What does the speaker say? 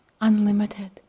unlimited